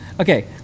okay